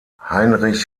heinrich